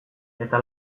eta